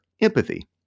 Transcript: empathy